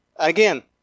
Again